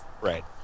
Right